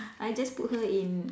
I just put her in